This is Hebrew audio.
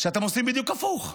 שאתם עושים בדיוק הפוך.